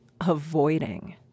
avoiding